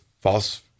false